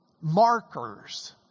markers